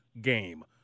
game